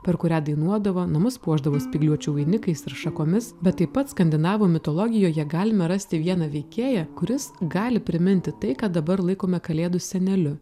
per kurią dainuodavo namus puošdavo spygliuočių vainikais šakomis bet taip pat skandinavų mitologijoje galime rasti vieną veikėją kuris gali priminti tai ką dabar laikome kalėdų seneliu